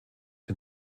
den